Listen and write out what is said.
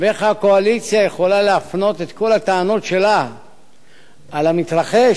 ואיך הקואליציה יכולה להפנות את כל הטענות שלה על המתרחש,